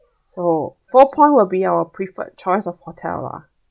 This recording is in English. so four point will be our preferred choice of hotel lah